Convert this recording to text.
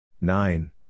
nine